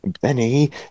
Benny